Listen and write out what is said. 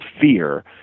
fear